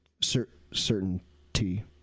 Certainty